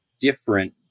different